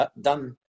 done